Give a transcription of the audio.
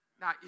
Now